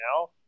now